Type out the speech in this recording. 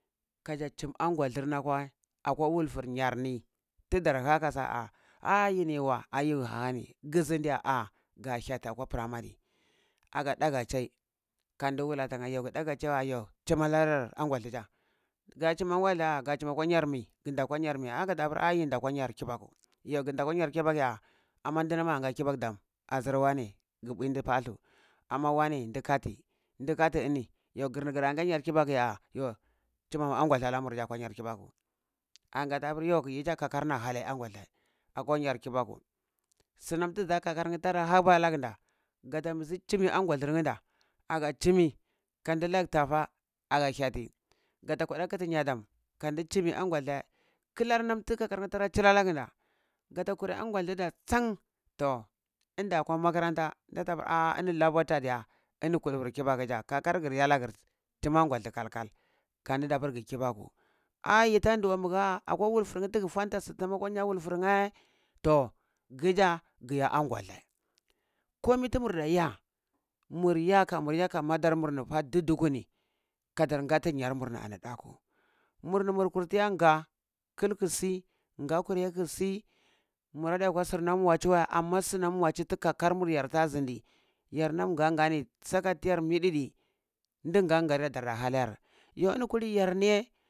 Kaja chim angwadar ni akwa wulfur nyar ni tidar ha kasa, ah yini yiwəi hani gi zindi ya ah ga hyati akwa pramari aga daga chai akwa pramari aga daga chai kandi wula tinnye yo gi daga chai wa yo chima lar angwaldu ɗa ga chuma wada ga chuma kwa nyar mi? Ginda kwa nyar mi? Gada pur a yindi akwa nyar kibaku yo ginda pur nyar kibaku ya amma ndimam maga nyer kibaku dam azir wane gi bui ndu pathu amma wane ndi kati ndi kati ini yo girni granga nya kibaku ya yo chuma angwalda lamur akwa nyar kibaku a gataha pur yija kakarna halai angwadai aka nyar kibaku, suna tiza kakarnye tara haɓa laginda tata nbuzi chimi angwadar nda aga chimi kandi lag tafa aga hyati gata kuti nya dam kandi chinni angwaldai kilanam ti kakar nam tira chila lagnda kata kurai angwadu dar san, toh nde akwa makaranta datapur ah ini laborta diya ini kultur kibaku ja kakargir iya lagir tuma gwaldu kalkal ka dida pur gi kibaku, ah yitan duwəi gha akwa wulfunye tig fonta su tumu kwa wulfurnya to gija giya angwaɗau komi tumur da iya, mur ya ka murya ka madurmurfa ndi dikuni kadar ngati nyarmurni ani ɗaku murni mur kurti yanga ku kisi ngakuye ki si mura de akwa sir nam wachi wəi amma sunam waci tu kakar garta zindi yar nam ngan ni saka tiyar miəiəi ndim ngan ngar yar darda ha layar yo ini kulini yar niye